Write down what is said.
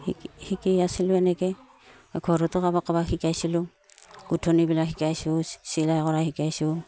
শিকি শিকি আছিলোঁ এনেকৈয়ে ঘৰতো কাৰোবাক কাৰোবাক শিকাইছিলোঁ গোঁঠনিবিলাক শিকাইছোঁ চিলাই কৰা শিকাইছোঁ